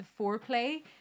foreplay